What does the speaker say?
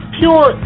pure